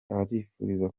arifuza